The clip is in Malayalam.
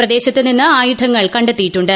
പ്രദേശത്ത് നിന്ന് ആയുധങ്ങൾ കണ്ടെത്തിയിട്ടുണ്ട്